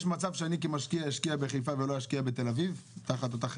יש מצב שאני כמשקיע אשקיע בחיפה ולא אשקיע בתל אביב,